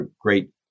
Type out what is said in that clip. great